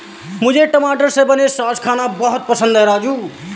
मुझे टमाटर से बने सॉस खाना बहुत पसंद है राजू